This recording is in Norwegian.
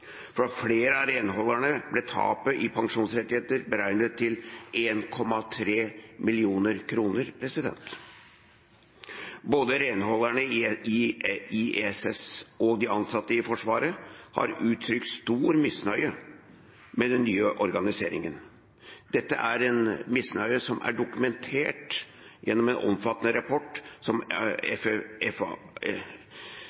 For flere av renholderne ble tapet i pensjonsrettigheter beregnet til 1,3 mill. kr. Både renholderne i ISS og de ansatte i Forsvaret har uttrykt stor misnøye med den nye organiseringen. Dette er en misnøye som er dokumentert gjennom den omfattende Fafo-rapporten «Når jobben settes ut på anbud – Outsourcing av renhold i Forsvaret», som